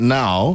now